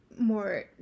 more